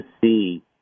see